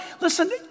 Listen